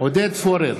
עודד פורר,